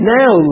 now